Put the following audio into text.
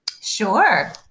Sure